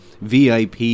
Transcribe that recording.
VIP